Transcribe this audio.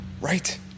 Right